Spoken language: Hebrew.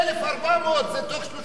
1,400 זה בתוך שלושה שבועות.